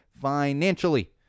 financially